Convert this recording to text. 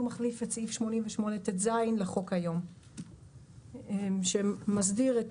מחליף את סעיף 88טז לחוק היום שמסדיר את